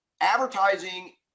advertising